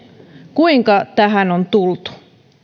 kuinka tähän on tultu